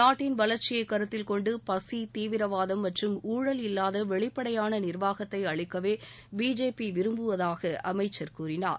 நாட்டின் வளர்ச்சியை கருத்தில் கொண்டு பசி தீவிரவாதம் மற்றும் ஊழல் இல்லாத வெளிப்படையான நிர்வாகத்தை அளிக்கவே பிஜேபி விரும்புவதாக அமைச்சர் கூறினார்